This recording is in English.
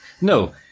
No